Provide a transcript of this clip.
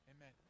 amen